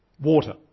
Water